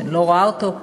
שאני לא רואה אותו,